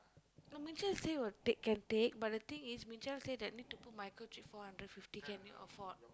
no Ming Qiao say will take can take but the thing is Ming Qiao say that need to put microchip four hundred fifty can you afford no